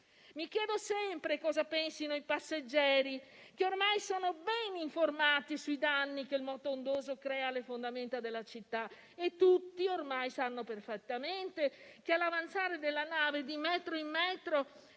Mi chiedo sempre cosa pensino i passeggeri, che ormai sono ben informati dei danni che il moto ondoso crea alle fondamenta della città, e tutti ormai sanno perfettamente che, all'avanzare della nave di metro in metro,